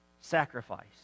sacrifice